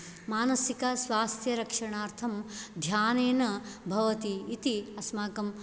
मानसिकस्वास्त्यरक्षणार्थं ध्यानेन भवति इति अस्माकं